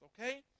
okay